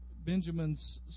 Benjamin's